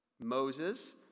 Moses